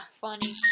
Funny